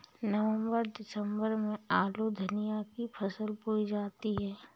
नवम्बर दिसम्बर में आलू धनिया की फसल बोई जाती है?